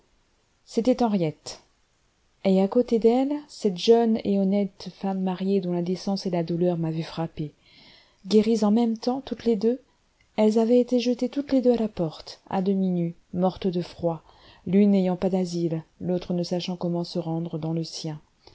c'était henriette et à côté d'elle cette jeune et honnête femme mariée dont la décence et la douleur m'avaient frappé guéries en même temps toutes les deux elles avaient été jetées toutes les deux à la porte à demi nues mortes de froid l'une n'ayant pas d'asile l'autre ne sachant comment se rendre dans le sien